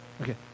Okay